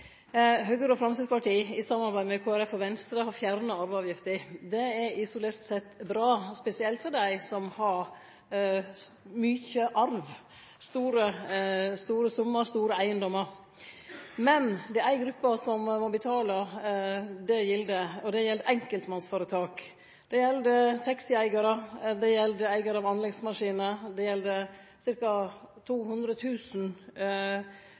Høgre og Framstegspartiet har i samarbeid med Kristeleg Folkeparti og Venstre fjerna arveavgifta. Det er isolert sett bra, spesielt for dei som har mykje arv – store summar, store eigedommar – men det er ei gruppe som må betale det gildet, og det gjeld enkeltpersonføretak. Det gjeld taxieigarar, det gjeld eigarar av anleggsmaskinar, det gjeld